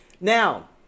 Now